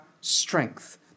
strength